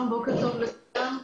בוקר טוב לכולם.